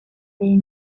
their